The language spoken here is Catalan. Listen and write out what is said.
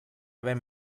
haver